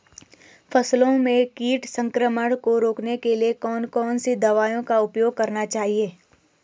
फसलों में कीट संक्रमण को रोकने के लिए कौन कौन सी दवाओं का उपयोग करना चाहिए?